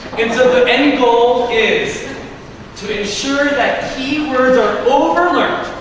and so the end goal is to ensure that key words are over learned,